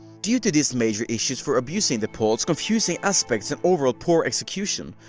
due to these major issues for abusing the polls, confusing aspects and overall poor execution,